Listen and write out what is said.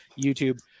youtube